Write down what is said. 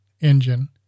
engine